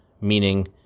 Meaning